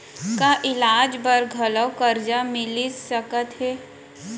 का इलाज बर घलव करजा मिलिस सकत हे?